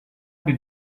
did